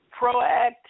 proactive